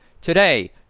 Today